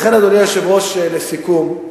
לכן, אדוני היושב-ראש, לסיכום,